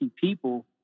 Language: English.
people